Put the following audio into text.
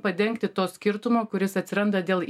padengti to skirtumo kuris atsiranda dėl